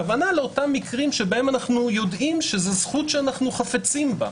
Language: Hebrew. הכוונה לאותם מקרים שבהם אנחנו יודעים שזה זכות שאנחנו חפצים בה.